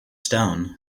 stone